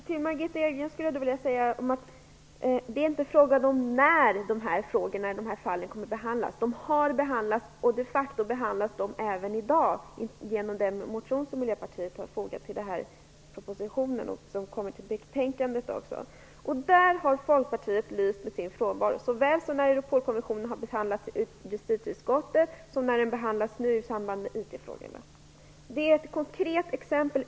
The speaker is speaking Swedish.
Herr talman! Då skulle jag vilja säga till Margitta Edgren att det inte är frågan om när de här frågorna kommer att behandlas. De har behandlats och de facto behandlas de även i dag genom den motion som Miljöpartiet har fogat till propositionen, och som också kommer i samband med betänkandet. Där har Folkpartiet lyst med sin frånvaro, såväl när Europolkonventionen har behandlats i justitieutskottet som när den behandlas nu i samband med IT-frågorna. Det är ett konkret exempel.